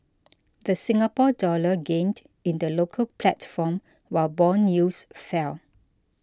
the Singapore Dollar gained in the local platform while bond yields fell